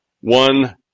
one